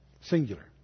Singular